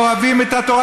אוהבים את התורה,